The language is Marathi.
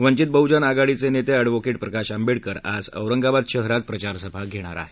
वंवित बहुजन आघाडीचे नेते अॅडव्होकेट प्रकाश आंबेडकर आज औरंगाबाद शहरात प्रचार सभा घेणार आहेत